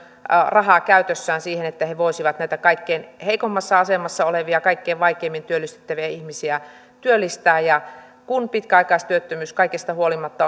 rahaa käytössään siihen että he voisivat näitä kaikkein heikoimmassa asemassa olevia kaikkein vaikeimmin työllistettäviä ihmisiä työllistää ja kun pitkäaikaistyöttömyys kaikesta huolimatta